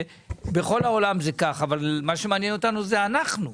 שבכל העולם זה כך אבל מה שמעניין אותנו זה כאן.